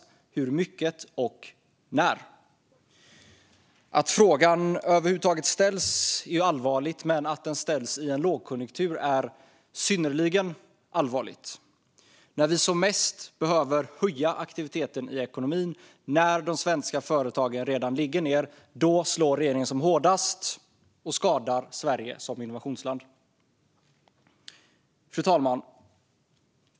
Hur mycket ska de höjas, och när? Att frågorna över huvud taget ställs är allvarligt, men att de ställs i en lågkonjunktur är synnerligen allvarligt. När vi som mest behöver höja aktiviteten i ekonomin och när de svenska företagen redan ligger ned slår regeringen som hårdast och skadar Sverige som innovationsland. Fru talman!